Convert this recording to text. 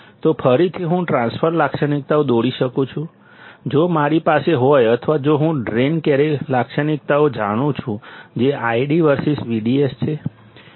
તો ફરીથી હું ટ્રાન્સફર લાક્ષણિકતાઓ દોરી શકું છું જો મારી પાસે હોય અથવા જો હું ડ્રેઇન લાક્ષણિકતાઓ જાણું છું જે ID વર્સીસ VDS છે